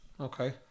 Okay